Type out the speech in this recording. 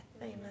Amen